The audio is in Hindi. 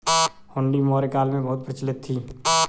हुंडी मौर्य काल में बहुत प्रचलित थी